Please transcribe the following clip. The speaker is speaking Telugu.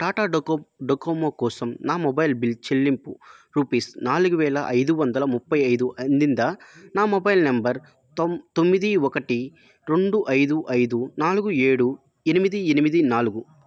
టాటా డొకోబ్ డొకోమో కోసం నా మొబైల్ బిల్ చెల్లింపు రుపీస్ నాలుగు వేల ఐదు వందల ముప్పై ఐదు అందిందా నా మొబైల్ నంబర్ తొం తొమ్మిది ఒకటి రెండు ఐదు ఐదు నాలుగు ఏడు ఎనిమిది ఎనిమిది నాలుగు